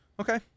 Okay